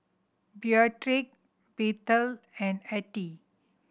Beatrix Bethel and Artie